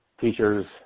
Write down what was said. teachers